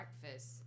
Breakfast